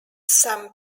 some